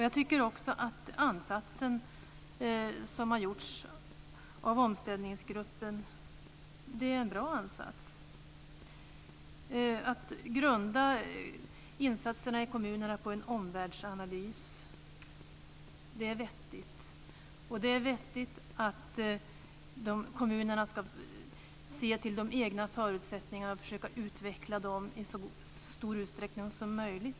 Jag tycker att Omställningsgruppens ansats är bra. Att grunda insatserna i kommunerna på en omvärldsanalys är vettigt. Det är också vettigt att kommunerna ska se till de egna förutsättningarna och försöka utveckla dem i så stor utsträckning som möjligt.